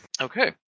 Okay